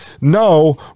no